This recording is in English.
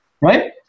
right